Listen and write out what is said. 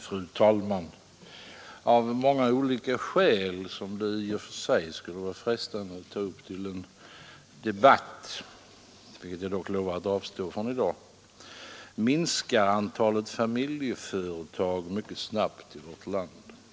Fru talman! Av många olika skäl som det i och för sig skulle vara frestande att ta upp till debatt — vilket jag dock lovar att avstå från i dag — minskar antalet familjeföretag mycket snabbt i vårt land.